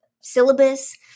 syllabus